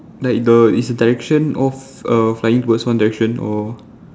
like the is the direction off err flying towards one direction or